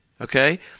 Okay